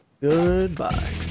Goodbye